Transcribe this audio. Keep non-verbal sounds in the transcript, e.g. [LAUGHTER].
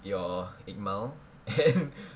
your ikmal and [LAUGHS]